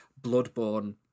Bloodborne